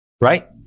right